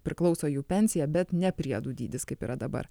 priklauso jų pensija bet ne priedų dydis kaip yra dabar